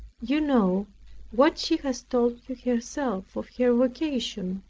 you know what she has told you herself of her vocation,